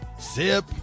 Zip